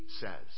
says